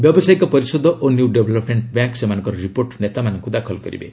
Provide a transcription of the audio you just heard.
ବ୍ୟବସାୟିକ ପରିଷଦ ଓ ନିଉ ଡେଭଲପମେଣ୍ଟ ବ୍ୟାଙ୍କ ସେମାନଙ୍କର ରିପୋର୍ଟ ନେତାମାନଙ୍କୁ ଦାଖଲ କରିବେ